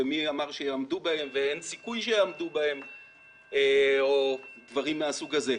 מי אמר שיעמדו בהן ואין סיכוי שיעמדו בהן או דברים מהסוג הזה.